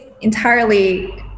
entirely